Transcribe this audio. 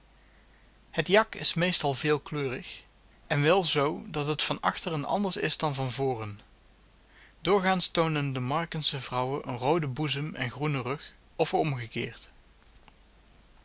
het jak is meestal veelkleurig en wel zoo dat het van achteren anders is dan van voren doorgaans toonen de markensche vrouwen een rooden boezem en groenen rug of omgekeerd